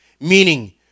Meaning